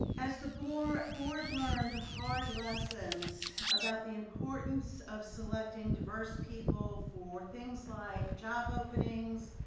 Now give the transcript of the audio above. as the board board learned hard lessons about the importance of selecting diverse people for things like job openings,